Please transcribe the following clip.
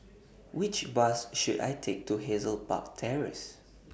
Which Bus should I Take to Hazel Park Terrace